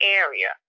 area